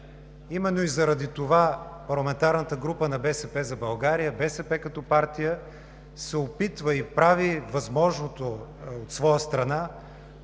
Именно заради това парламентарната група на „БСП за България“, БСП като партия се опитва и прави възможното от своя страна